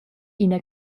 ina